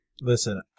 Listen